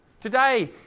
Today